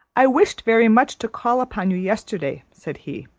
i wished very much to call upon you yesterday, said he,